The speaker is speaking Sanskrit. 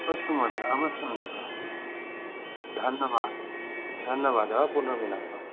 अस्तु महोदये अवश्यमेव धन्यवादः धन्यवादः पुनर्मिलामः